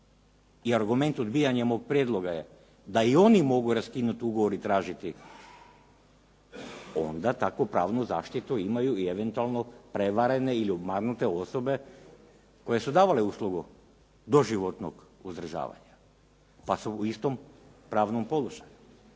i argument odbijanja moga prijedloga je, da i oni mogu raskinuti ugovor i tražiti, onda takvu pravnu zaštitu imaju i eventualno prevarene ili obmanute osobe koje su davale uslugu doživotnog uzdržavanja. Pa su u istom pravnom položaju.